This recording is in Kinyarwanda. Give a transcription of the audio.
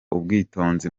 ubwitonzi